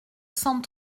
cent